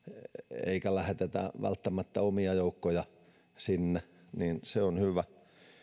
eikä lähetetä välttämättä omia joukkoja sinne se on hyvä